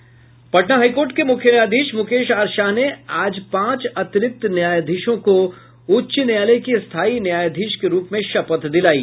Patna high court के मुख्य न्यायाधीश मुकेश आर शाह ने आज पांच अतिरिक्त न्यायाधीशों को उच्च न्यायालय के स्थायी न्यायाधीश के रूप में शपथ दिलायी